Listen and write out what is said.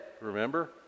remember